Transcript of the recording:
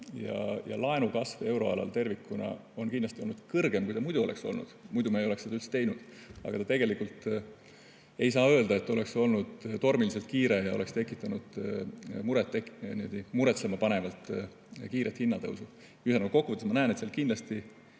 ja laenu kasv euroalal tervikuna olnud kindlasti suurem, kui ta muidu oleks olnud, muidu me ei oleks seda üldse teinud. Aga tegelikult ei saa öelda, et see oleks olnud tormiliselt kiire ja tekitanud muretsema panevalt kiiret hinnatõusu. Kokkuvõttes ma näen, et kindlasti